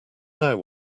now